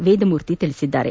ವೇದಮೂರ್ತಿ ತಿಳಿಸಿದ್ದಾರೆ